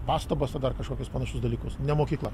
pastabas ar dar kažkokius panašius dalykus ne mokykla